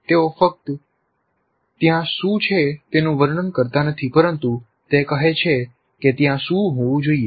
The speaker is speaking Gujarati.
તેઓ ફક્ત ત્યાં શું છે તેનું વર્ણન કરતા નથી પરંતુ તે કહે છે કે ત્યાં શું હોવું જોઈએ